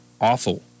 awful